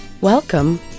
Welcome